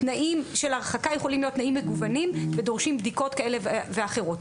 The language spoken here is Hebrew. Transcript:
תנאים של הרחקה יכולים להיות תנאים מגוונים ודורשים בדיקות כאלה ואחרות.